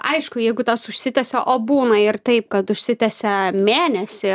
aišku jeigu tas užsitęsia o būna ir taip kad užsitęsia mėnesį